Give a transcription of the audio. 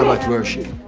much worship.